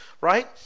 right